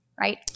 right